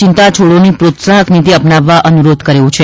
ચિંતા છોડોની પ્રોત્સાહક નીતિ અપનાવવા અનુરોધ કર્યો છે